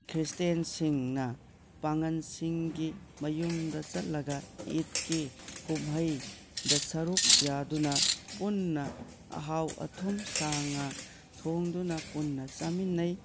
ꯈ꯭ꯔꯤꯁꯇꯤꯌꯥꯟꯁꯤꯡꯅ ꯄꯥꯡꯒꯜꯁꯤꯡꯒꯤ ꯃꯌꯨꯝꯗ ꯆꯠꯂꯒ ꯏꯇꯀꯤ ꯀꯨꯝꯍꯩꯗ ꯁꯔꯨꯛ ꯌꯥꯗꯨꯅ ꯄꯨꯟꯅ ꯑꯍꯥꯎ ꯑꯊꯨꯝ ꯁꯥ ꯉꯥ ꯊꯣꯡꯗꯨꯅ ꯄꯨꯟꯅ ꯆꯥꯃꯤꯟꯅꯩ